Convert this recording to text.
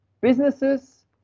businesses